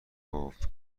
گفت